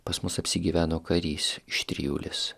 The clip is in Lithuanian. pas mus apsigyveno karys iš trijulės